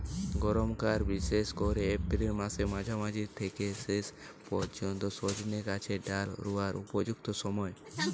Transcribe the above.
গরমকাল বিশেষ কোরে এপ্রিল মাসের মাঝামাঝি থিকে শেষ পর্যন্ত সজনে গাছের ডাল রুয়ার উপযুক্ত সময়